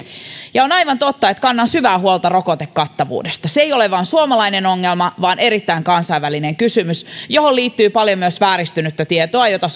ja on aivan totta että kannan syvää huolta rokotekattavuudesta se ei ole vain suomalainen ongelma vaan erittäin kansainvälinen kysymys johon liittyy paljon myös vääristynyttä tietoa jota